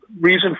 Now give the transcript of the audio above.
reason